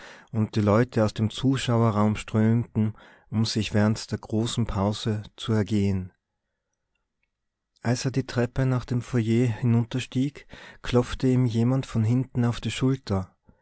und die leute aus dem zuschauerraum strömten um sich während der großen pause zu ergehen als er die treppe nach dem foyer hinunterstieg klopfte ihm jemand von hinten auf die schulter